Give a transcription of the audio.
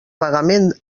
pagament